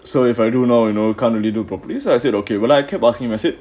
so if I do now you know you can't really do properly so I said okay when I keep asking him I said